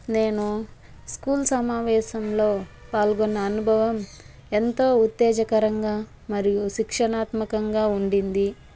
నేను స్కూల్ మావేశంలో పాల్గొన్న అనుభవం ఎంతో ఉత్తేజకరంగా మరియు శిక్షణాత్మకంగా ఉండింది